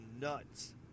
nuts